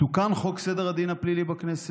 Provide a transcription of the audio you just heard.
תוקן חוק סדר הדין הפלילי בכנסת